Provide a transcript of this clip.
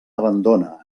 abandona